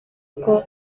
uko